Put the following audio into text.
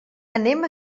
anem